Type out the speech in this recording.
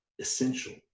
essential